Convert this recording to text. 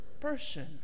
person